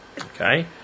Okay